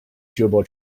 turbo